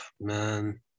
man